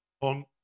on